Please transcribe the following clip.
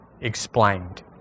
explained